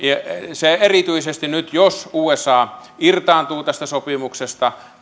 erityisesti nyt jos usa irtaantuu tästä sopimuksesta